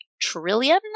trillion